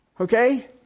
Okay